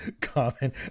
common